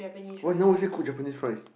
why no one say cook Japanese rice